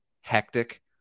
hectic